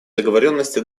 договоренности